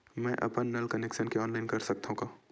मैं अपन नल कनेक्शन के ऑनलाइन कर सकथव का?